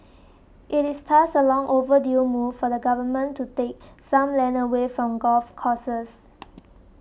it is thus a long overdue move for the Government to take some land away from golf courses